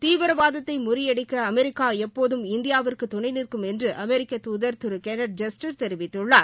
தீவிரவாதத்தை முறியடிக்க அமெரிக்கா எப்போதும் இந்தியாவிற்கு துணைநிற்கும் என்று அமெரிக்க தூதர் திரு கென்னட் ஜஸ்டர் தெரிவித்துள்ளார்